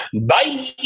Bye